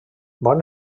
bon